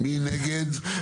מי נגד?